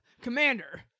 Commander